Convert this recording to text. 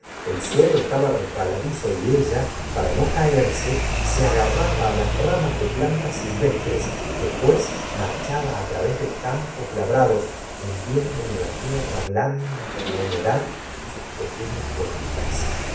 el suelo estaba resbaladizo y ella para no caerse se agarraba las ramas de plantas silvestres después marchaba través de campos labrados hundiendo en la tierra blanda por la humedad sus pequenas botitas